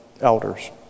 elders